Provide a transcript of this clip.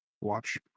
Watch